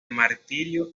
martirio